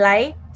Light